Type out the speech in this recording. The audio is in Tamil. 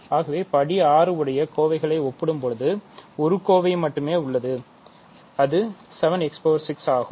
ஆகவே படி 6 உடைய கோவைகளை ஒப்பிடுகையில் ஒரு கோவை மட்டுமே உள்ளது அது 7 x 6 ஆகும்